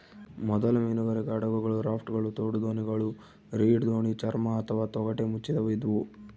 ಮೊದಲ ಮೀನುಗಾರಿಕೆ ಹಡಗುಗಳು ರಾಪ್ಟ್ಗಳು ತೋಡುದೋಣಿಗಳು ರೀಡ್ ದೋಣಿ ಚರ್ಮ ಅಥವಾ ತೊಗಟೆ ಮುಚ್ಚಿದವು ಇದ್ವು